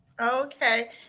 Okay